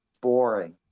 boring